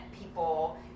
people